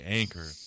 anchor